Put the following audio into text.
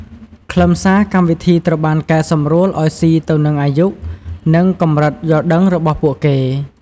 ខ្លឹមសារកម្មវិធីត្រូវបានកែសម្រួលឲ្យស៊ីទៅនឹងអាយុ និងកម្រិតយល់ដឹងរបស់ពួកគេ។